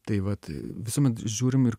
tai vat visuomet žiūrim ir